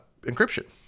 encryption